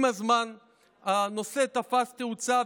עם הזמן הנושא תפס תאוצה,